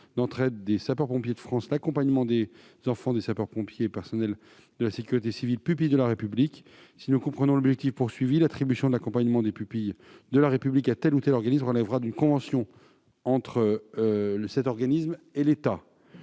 d'entraide des sapeurs-pompiers de France l'accompagnement des enfants des sapeurs-pompiers et des personnels de la sécurité civile pupilles de la République. Si nous comprenons l'objectif visé, l'attribution de l'accompagnement des pupilles de la République à tel ou tel organisme relèvera d'une convention entre cet organisme et l'État.